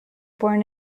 born